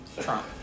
Trump